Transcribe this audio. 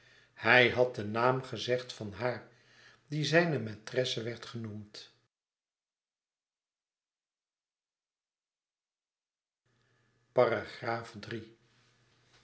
hij had den naam gezegd van haar die zijne maîtresse werd genoemd